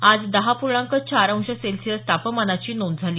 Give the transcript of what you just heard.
आज दहा पूर्णांक चार अंश सेल्सिअस तापमानाची नोंद झाली